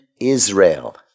Israel